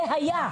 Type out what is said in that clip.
זה היה.